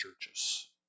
churches